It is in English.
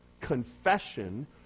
confession